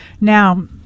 now